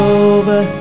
over